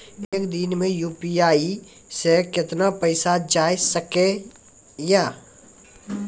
एक दिन मे यु.पी.आई से कितना पैसा जाय सके या?